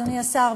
אדוני השר,